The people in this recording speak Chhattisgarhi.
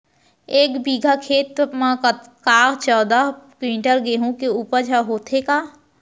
एक बीघा खेत म का चौदह क्विंटल गेहूँ के उपज ह होथे का?